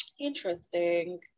interesting